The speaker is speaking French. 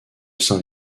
saint